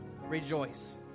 Rejoice